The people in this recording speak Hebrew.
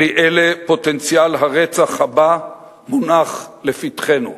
בלי אלה, פוטנציאל הרצח הבא מונח לפתחנו.